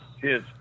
Cheers